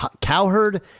Cowherd